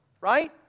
right